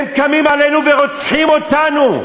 הם קמים עלינו ורוצחים אותנו.